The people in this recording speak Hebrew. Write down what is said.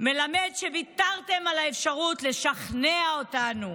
מלמד שוויתרתם על האפשרות לשכנע אותנו.